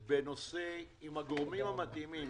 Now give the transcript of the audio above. ישבנו יחד עם הגורמים המתאימים,